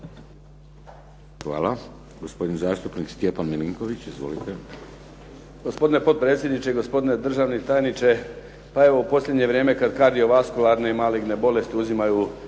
Hvala. Gospodin zastupnik Stjepan Milinković. Izvolite.